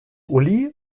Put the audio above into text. uli